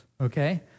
Okay